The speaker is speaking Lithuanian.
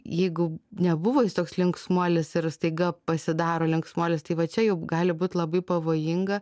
jeigu nebuvo jis toks linksmuolis ir staiga pasidaro linksmuolis tai va čia jau gali būt labai pavojinga